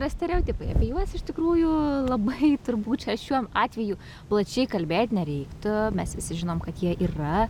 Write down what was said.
na stereotipai apie juos iš tikrųjų labai turbūt čia šiuo atveju plačiai kalbėt nereiktų mes visi žinom kad jie yra